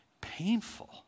painful